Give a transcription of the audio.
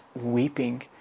weeping